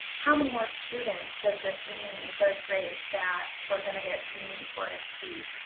how many more students does this mean in third grade that we're gonna get to meet or exceed?